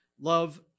Love